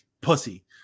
pussy